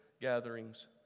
gatherings